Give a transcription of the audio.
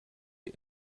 wir